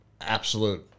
absolute